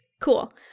Cool